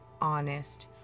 honest